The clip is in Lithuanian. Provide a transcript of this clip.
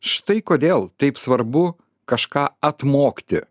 štai kodėl taip svarbu kažką atmokti